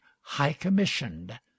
high-commissioned